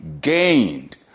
gained